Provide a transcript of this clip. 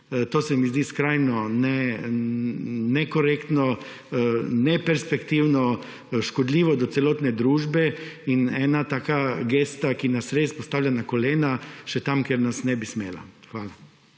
To se mi zdi skrajno nekorektno, neperspektivno, škodljivo do celotne družbe, ena taka gesta, ki nas res postavlja na kolena še tam, kjer nas ne bi smela. Hvala.